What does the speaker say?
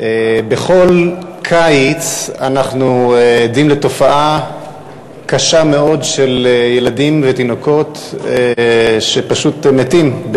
בכל קיץ אנחנו עדים לתופעה קשה מאוד של ילדים ותינוקות שפשוט מתים,